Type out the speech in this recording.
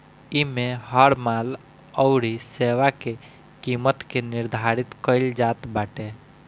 इमे हर माल अउरी सेवा के किमत के निर्धारित कईल जात बाटे